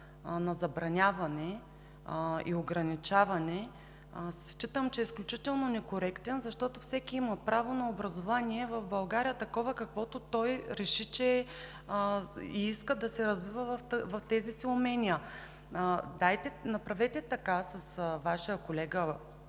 на забраняване и ограничаване, считам че е изключително некоректен, защото всеки има право на образование в България такова, каквото той реши и иска да се развива като умения. Направете така с Вашия колега